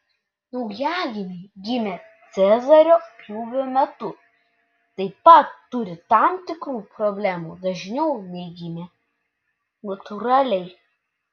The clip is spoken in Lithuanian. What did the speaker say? naujagimiai gimę cezario pjūvio metu taip pat turi tam tikrų problemų dažniau nei gimę natūraliai